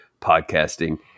podcasting